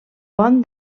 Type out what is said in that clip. pon